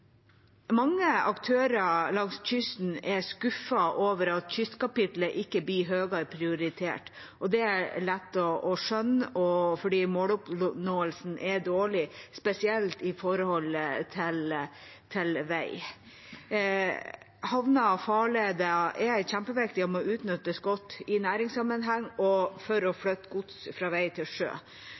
Mange aktører langs kysten er skuffet over at kystkapitlet ikke blir prioritert høyere. Det er lett å skjønne, for måloppnåelsen er dårlig, spesielt når det gjelder vei. Havner og farleder er kjempeviktige og må utnyttes godt i næringssammenheng og for å flytte gods fra vei til sjø.